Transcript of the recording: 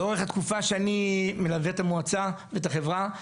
לארוך התקופה שאני מלווה את המועצה ואת החברה,